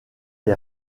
les